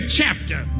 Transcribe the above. chapter